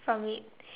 from it